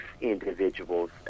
individuals